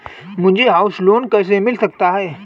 मुझे house loan कैसे मिल सकता है?